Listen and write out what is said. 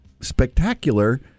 spectacular